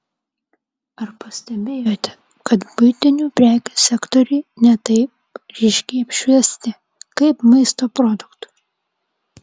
ar pastebėjote kad buitinių prekių sektoriai ne taip ryškiai apšviesti kaip maisto produktų